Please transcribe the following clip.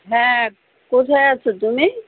হ্যাঁ কোথায় আছো তুমি